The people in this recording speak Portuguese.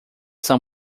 são